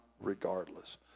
regardless